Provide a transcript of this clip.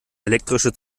elektrische